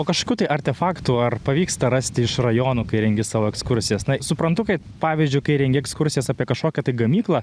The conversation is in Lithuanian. o kažkokių tai artefaktų ar pavyksta rasti iš rajonų kai rengi savo ekskursijas na suprantu kad pavyzdžiui kai rengi ekskursijas apie kažkokią tai gamyklą